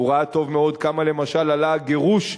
הוא ראה טוב מאוד כמה למשל עלה הגירוש.